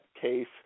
case